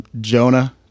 Jonah